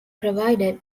provided